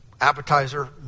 appetizer